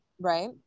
right